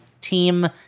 team